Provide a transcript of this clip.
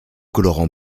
colorants